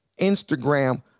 Instagram